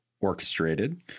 orchestrated